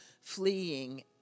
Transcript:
fleeing